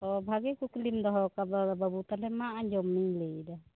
ᱚ ᱵᱷᱟᱜᱮ ᱠᱩᱠᱞᱤᱢ ᱫᱚᱦᱚ ᱟᱠᱟᱫᱟ ᱵᱟᱹᱵᱩ ᱛᱟᱦᱚᱞᱮ ᱢᱟ ᱟᱸᱡᱚᱢ ᱢᱮᱧ ᱞᱟ ᱭᱮᱫᱟ